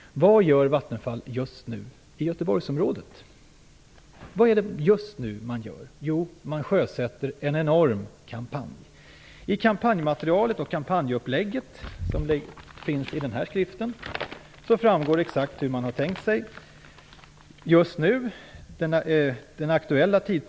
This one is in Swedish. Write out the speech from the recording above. Vad gör Vattenfall just nu i Göteborgsområdet? Jo, man sjösätter en enorm kampanj. Av kampanjmaterialet - i den här skriften finns kampanjupplägget - framgår exakt hur man har tänkt sig det hela.